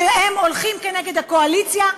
שהולכים נגד הקואליציה,